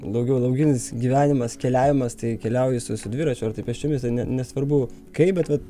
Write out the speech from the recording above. daugiau laukinis gyvenimas keliavimas tai keliauji su su dviračiu ar tai pėsčiomis ne ne nesvarbu kaip bet vat